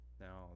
now